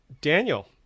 Daniel